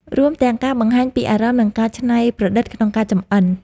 រួមទាំងការបង្ហាញពីអារម្មណ៍ និងការច្នៃប្រឌិតក្នុងការចំអិន។